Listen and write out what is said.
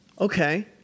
Okay